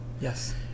Yes